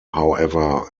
however